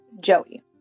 Joey